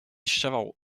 chavarot